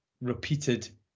repeated